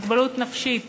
מוגבלות נפשית.